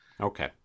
okay